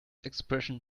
expression